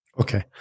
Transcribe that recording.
Okay